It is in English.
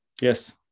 Yes